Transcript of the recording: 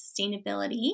Sustainability